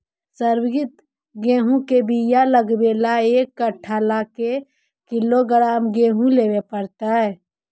सरबति गेहूँ के बियाह लगबे ल एक कट्ठा ल के किलोग्राम गेहूं लेबे पड़तै?